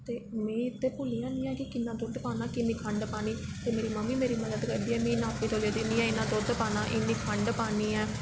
ते में ते भुल्ली जन्नी हा कि किन्ना दुद्ध पाना किन्नी खंड पानी ते मेरी मम्मी मेरी मदद करदी ऐ मीं नापी तोली दिंदी ऐ इन्ना दुद्ध पाना इन्नी खंड पानी ऐ